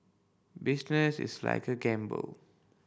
business is like a gamble